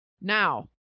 Now